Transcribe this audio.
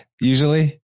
Usually